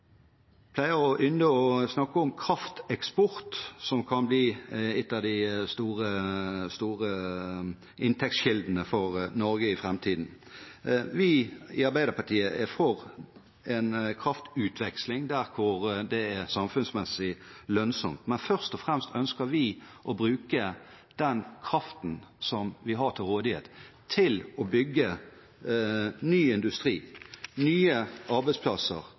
å snakke om krafteksport, som kan bli en av de store inntektskildene for Norge i framtiden. Vi i Arbeiderpartiet er for en kraftutveksling der det er samfunnsmessig lønnsomt. Men først og fremst ønsker vi å bruke den kraften som vi har til rådighet, til å bygge ny industri, til nye arbeidsplasser